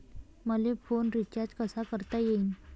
मले phone recharge कसा करता येईन?